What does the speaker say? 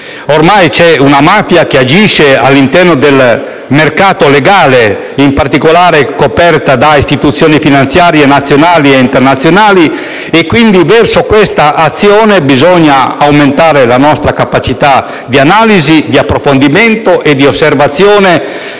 Ormai c'è una mafia che agisce all'interno del mercato legale, coperta in particolare da istituzioni finanziarie nazionali ed internazionali. È quindi verso questa azione che bisogna aumentare la nostra capacità di analisi, di approfondimento e di osservazione